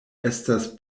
estas